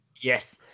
Yes